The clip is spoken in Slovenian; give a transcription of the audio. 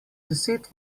deset